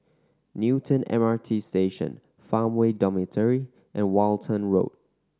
Newton M R T Station Farmway Dormitory and Walton Road